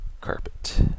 carpet